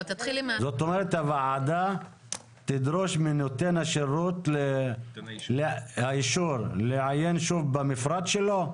הוועדה תדרוש מנותן האישור לעיין שוב במפרט שלו?